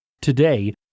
Today